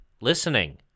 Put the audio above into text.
listening